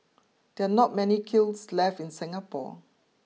there are not many kilns left in Singapore